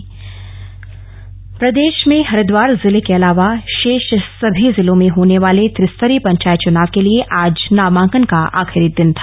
त्रिस्तरीय पंचायत चुनाव प्रदेश में हरिद्वार जिले के अलावा शेष सभी जिलों में होने वाले त्रिस्तरीय पंचायत चुनाव के लिए आज नामांकन का आखिरी दिन था